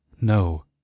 No